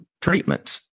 treatments